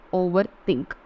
overthink